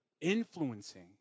influencing